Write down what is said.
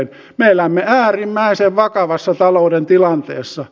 me elämme äärimmäisen vakavassa talouden tilanteessa